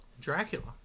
Dracula